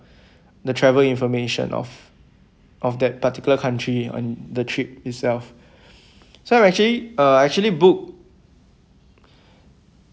the travel information of of that particular country in the trip itself so I'm actually uh actually book uh